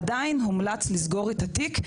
עדיין הומלץ לסגור את התיק.